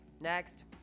Next